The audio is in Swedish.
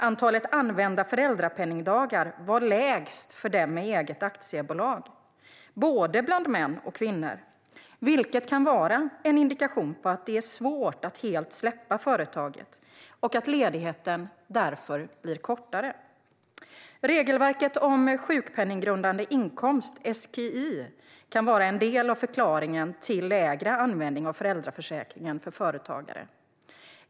Antalet använda föräldrapenningsdagar var lägst för dem med eget aktiebolag, både bland män och kvinnor, vilket kan vara en indikation på att det är svårt att helt släppa företaget och att ledigheten därför blir kortare. Regelverket om sjukpenninggrundande inkomst kan vara en del av förklaringen till lägre användning av föräldraförsäkringen för företagare.